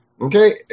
Okay